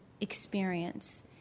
experience